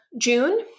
June